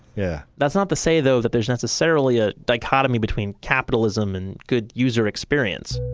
yeah. that's not to say though, that there's necessarily a dichotomy between capitalism and good user experience.